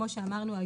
כמו אמרנו,